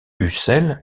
ussel